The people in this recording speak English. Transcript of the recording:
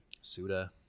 Suda